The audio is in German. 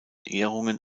ehrungen